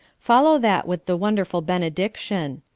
follow that with the wonderful benediction.